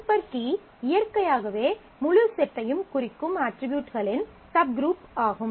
super key இயற்கையாகவே முழு செட்டையும் குறிக்கும் அட்ரிபியூட்களின் சப்குரூப் ஆகும்